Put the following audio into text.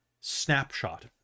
snapshot